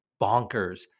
bonkers